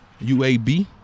UAB